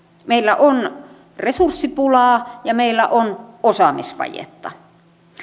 meillä on resurssipulaa ja meillä on osaamisvajetta